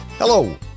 Hello